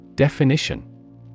Definition